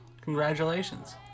Congratulations